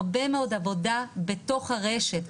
הרבה מאוד עבודה בתוך הרשת,